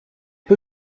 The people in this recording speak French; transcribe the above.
peu